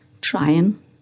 trying